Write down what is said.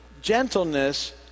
Gentleness